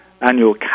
annual